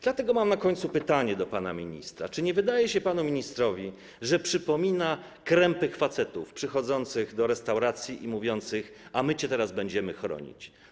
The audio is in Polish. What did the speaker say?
Dlatego mam na końcu pytanie do pana ministra: Czy nie wydaje się panu ministrowi, że przypomina krępych facetów przychodzących do restauracji i mówiących: a my cię teraz będziemy chronić?